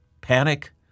Panic